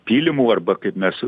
pylimų arba kaip mes